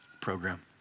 program